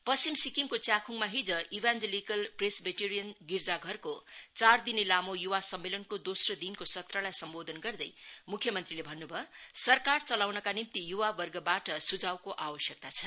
पश्चिम सिक्किमको च्याख्ङमा हिज इभान्जलिकल गिर्जाघरको चार दिने लामो य्वा सम्मेलनको दोस्रो दिनको सत्रलाई सम्बोधन गर्दै मुख्य मंत्रीले भन्नुभयो सरकार चलाउनका निम्ति युवावर्गबाट सुझावको आवश्यकता छ